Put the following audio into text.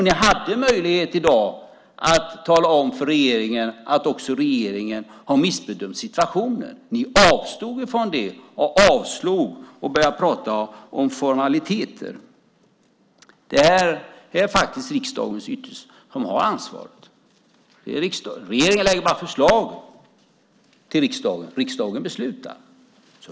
Ni hade i dag möjlighet att tala om för regeringen att man har missbedömt situationen. Ni avstod från det, avstyrkte och började prata om formaliteter. Det är faktiskt riksdagen som ytterst har ansvaret. Regeringen lägger bara fram förslag till riksdagen. Det är riksdagen som beslutar.